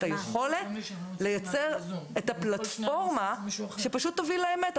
היכולת לייצר את הפלטפורמה שתוביל לאמת.